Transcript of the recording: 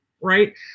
right